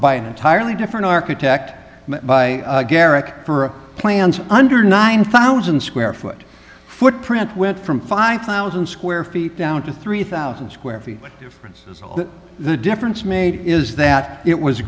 by an entirely different architect by garrick for plans under nine thousand dollars square foot footprint went from five thousand square feet down to three thousand square feet for the difference made is that it was